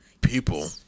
People